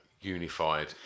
unified